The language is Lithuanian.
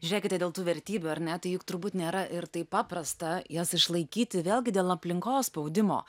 žiūrėkite dėl tų vertybių ar ne tai juk turbūt nėra ir taip paprasta jas išlaikyti vėlgi dėl aplinkos spaudimo